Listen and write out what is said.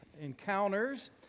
Encounters